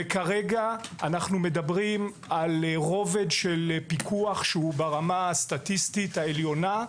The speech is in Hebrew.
כרגע אנחנו מדברים על רובד של פיקוח שהוא ברמה הסטטיסטית העליונה,